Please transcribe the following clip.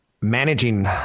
Managing